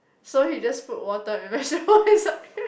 so he just put water and vegetable inside